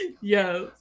yes